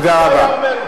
תודה רבה.